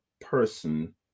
person